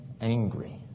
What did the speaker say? angry